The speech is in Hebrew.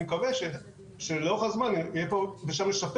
אני מקווה שלאורך הזמן יהיה פה ושם לשפר